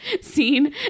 scene